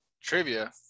Trivia